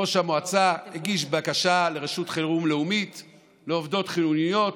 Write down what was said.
ראש המועצה הגיש בקשה לרשות חירום לאומית לעובדות חיוניות.